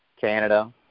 Canada